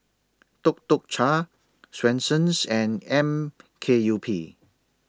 Tuk Tuk Cha Swensens and M K U P